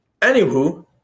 Anywho